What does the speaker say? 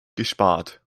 gespart